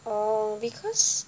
oh because